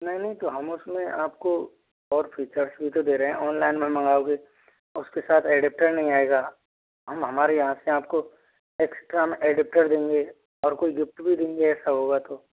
नहीं नहीं तो हम उसमें आपको और फीचर्स भी तो दे रहे हैं ऑनलाइन में मंगवाओगे उसके साथ एडाप्टर नहीं आएगा हम हमारे यहाँ से आपको एक्स्ट्रा एडाप्टर देंगे और कुछ गिफ़्ट भी देंगे ऐसा होगा तो